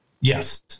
Yes